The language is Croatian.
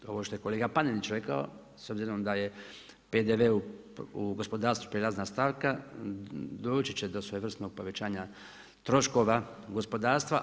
Ovo što je kolega Panenić rekao s obzirom da je PDV u gospodarstvu prijelazna stavka doći će do svojevrsnog povećanja troškova gospodarstva.